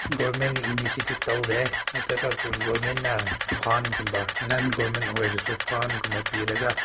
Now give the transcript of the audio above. ꯒꯣꯔꯃꯦꯟꯅ ꯏꯅꯤꯁꯤꯌꯦꯇꯤꯚ ꯇꯧꯔꯦ ꯅꯠꯇ꯭ꯔꯒ ꯒꯣꯔꯃꯦꯟꯅ ꯐꯥꯟꯒꯨꯝꯕ ꯅꯟ ꯒꯣꯔꯃꯦꯟ ꯑꯣꯏꯔꯁꯨ ꯐꯥꯟꯒꯨꯝꯕ ꯄꯤꯔꯒ